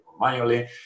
manually